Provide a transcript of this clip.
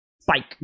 spike